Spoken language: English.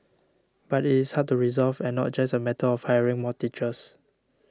but it is hard to resolve and not just a matter of hiring more teachers